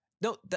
No